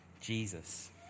Jesus